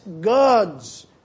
God's